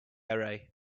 array